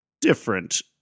different